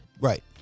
Right